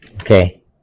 Okay